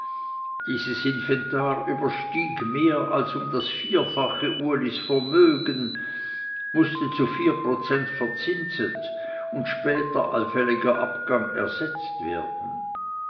dieses inventar überstieg mehr als um das vierfache ulis vermögen mußte zu vier prozent verzinset und später allfälliger abgang ersetzt werden